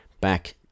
back